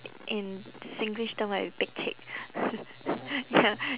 i~ in singlish term like pek cek ya